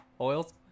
Oils